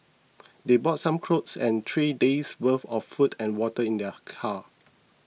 they brought some clothes and three days worth of food and water in their car